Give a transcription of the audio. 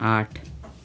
आठ